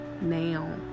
now